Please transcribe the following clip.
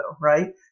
right